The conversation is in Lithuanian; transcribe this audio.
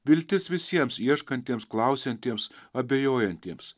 viltis visiems ieškantiems klausiantiems abejojantiems